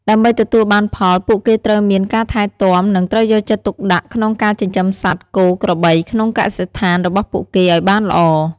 ដើម្បីទទួលបានផល ពួកគេត្រូវមាន ការថែទាំ និងត្រូវយកចិត្តទុកដាក់ក្នុងការចិញ្ចឹមសត្វ គោ ក្របីក្នុងកសិដ្ឋានរបស់ពួកគេអោយបានល្អ។